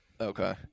Okay